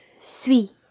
suis